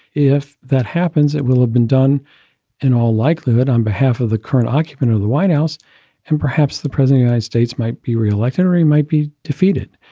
if that happens, it will have been done in all likelihood on behalf of the current occupant of the white house and perhaps the president i states might be reelected or he might be defeated.